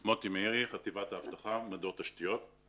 אני מוטי מאירי, מחטיבת האבטחה, מדור תשתיות.